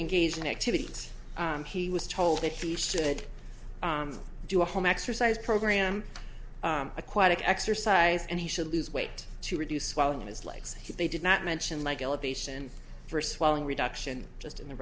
engage in activities he was told that he should do a home exercise program aquatic exercise and he should lose weight to reduce swelling in his legs if they did not mention like elevation for swelling reduction just in the